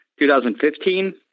2015